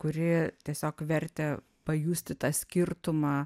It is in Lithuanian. kuri tiesiog vertė pajusti tą skirtumą